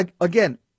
Again